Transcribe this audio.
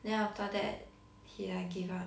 then after that he like gave up